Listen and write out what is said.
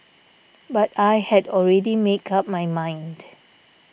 but I had already make up my mind